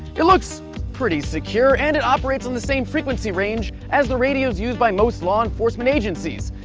it looks pretty secure and it operates on the same frequency range as the radios used by most law enforcement agencies.